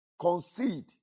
concede